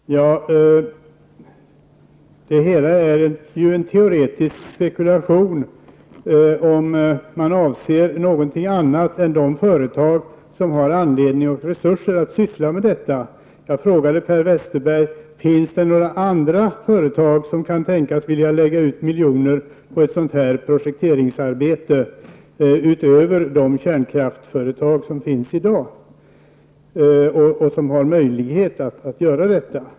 Herr talman! Det hela är ju en teoretisk spekulation om moderaterna avser något annat än de företag som har anledning och resurser att syssla med detta. Jag frågade Per Westerberg: Finns det några andra företag, utöver de kärnkraftsföretag som finns i dag, som kan tänkas vilja och som har möjlighet att lägga ut miljoner på ett sådant projekteringsarbete?